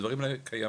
הדברים האלה קיימים,